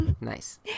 Nice